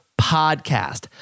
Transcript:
podcast